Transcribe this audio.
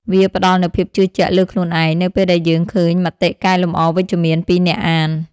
វាផ្ដល់នូវភាពជឿជាក់លើខ្លួនឯង នៅពេលដែលយើងឃើញមតិកែលម្អវិជ្ជមានពីអ្នកអាន។